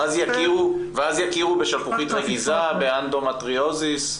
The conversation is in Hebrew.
ואז יכירו בשלפוחית רגיזה, באנדומטריוזיס?